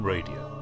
Radio